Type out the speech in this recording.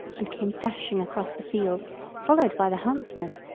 and came dashing across the field followed by the huntsmen.